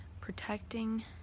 protecting